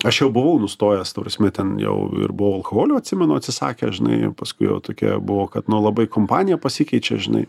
aš jau buvau nustojęs ta prasme ten jau ir buvau alkoholio atsimenu atsisakęs žinai paskui tokia buvo kad nu labai kompanija pasikeičia žinai